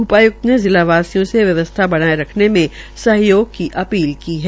उपायुक्त ने जिला वासियों से व्यवस्था बनाये रखने में सहयोग की अपील की है